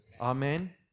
Amen